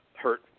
hurt